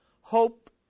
Hope